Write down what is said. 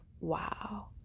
wow